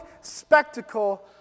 spectacle